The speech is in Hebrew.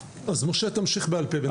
אז, משה, תמשיך בעל פה בינתיים.